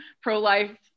pro-life